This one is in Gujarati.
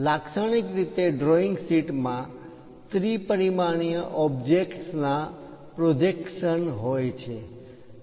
લાક્ષણિક રીતે ડ્રોઇંગ શીટમાં ત્રિ પરિમાણીય ઓબ્જેક્ટ્સના વસ્તુના પ્રોજેકશન પ્રક્ષેપણ હોય છે